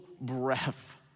breath